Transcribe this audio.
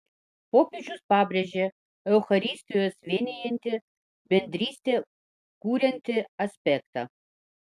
popiežius pabrėžia eucharistijos vienijantį bendrystę kuriantį aspektą